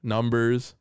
Numbers